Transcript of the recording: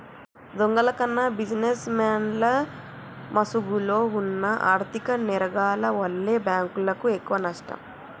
దొంగల కన్నా బిజినెస్ మెన్ల ముసుగులో వున్న ఆర్ధిక నేరగాల్ల వల్లే బ్యేంకులకు ఎక్కువనష్టం